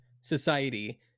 society